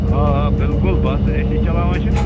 آ آ بِلکُل بَس حظ أسی چلاوان چھِ